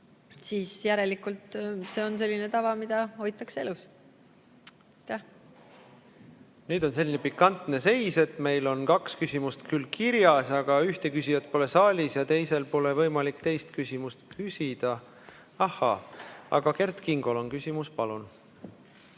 Järelikult see on selline tava, mida hoitakse elus. Nüüd on selline pikantne seis, et meil on kaks küsimust kirjas, aga ühte küsijat pole saalis ja teisel pole võimalik teist küsimust esitada. Ahaa, Kert Kingol on küsimus. Palun!